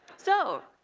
so,